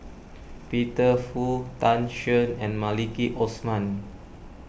Peter Fu Tan Shen and Maliki Osman